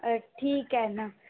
ठीक आहे ना